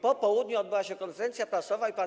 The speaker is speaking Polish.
Po południu odbyła się konferencja prasowa i pan